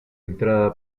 entrada